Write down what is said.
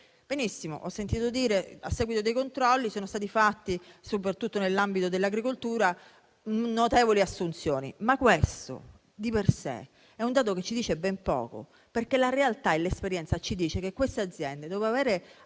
Benissimo, ho sentito dire che, a seguito dei controlli, sono state fatte soprattutto nell'ambito dell'agricoltura notevoli assunzioni, ma questo di per sé è un dato che ci dice ben poco, perché la realtà e l'esperienza ci dicono che queste aziende, dopo avere